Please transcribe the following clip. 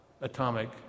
atomic